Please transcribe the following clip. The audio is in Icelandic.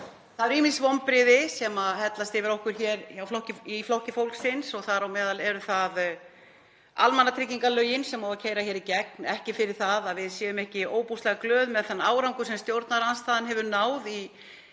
Það eru ýmis vonbrigði sem hellast yfir okkur í Flokki fólksins og þar á meðal eru það almannatryggingalögin sem á að keyra hér í gegn. Ekki fyrir það að við séum ekki ofboðslega glöð með þann árangur sem stjórnarandstaðan hefur náð í